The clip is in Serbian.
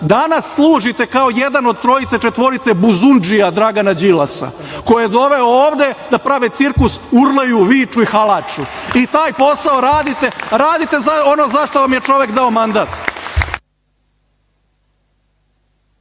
Danas služite kao jedan od trojice, četvorice buzundžija Dragana Đilasa koje zove ovde da prave cirkus, urlaju, viču i halaču i taj posao radite, radite ono za šta vam je čovek dao mandat.